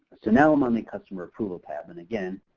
so, now i'm on the customer approval tab, and again,